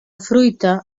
fruita